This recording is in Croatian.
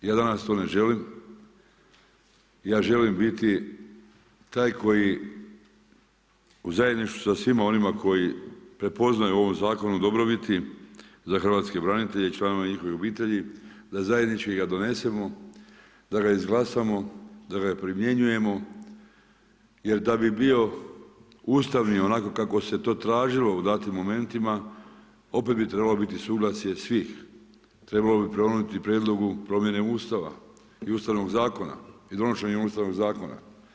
Ja danas to ne želim, ja želim biti taj koji u zajedništvu sa svima onima koji prepoznaju u ovom zakonu dobrobiti za hrvatske branitelje i članove njihove obitelji da zajednički ga donesemo, da ga izglasamo, da ga primjenjujemo jer da bi bio ustavni onako kako se to tražilo u datim momentima opet bi trebalo biti suglasje svih, trebalo bi … prijedlogu promjene Ustava i Ustavnog zakona i donošenja Ustavnog zakona.